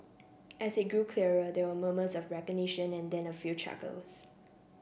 as it grew clearer there were murmurs of recognition and then a few chuckles